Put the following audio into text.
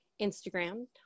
Instagram